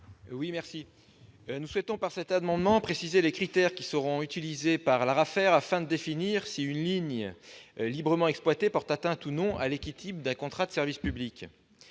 amendement, nous souhaitons préciser les critères qui seront utilisés par l'ARAFER, afin de définir si une ligne librement exploitée porte atteinte ou non à l'équilibre d'un contrat de service public.